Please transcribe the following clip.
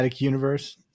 Universe